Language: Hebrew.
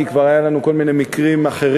אם כי כבר היו לנו כל מיני מקרים אחרים,